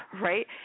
right